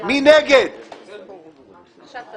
מיעוט נגד רוב נמנעים אין הרביזיה לא נתקבלה.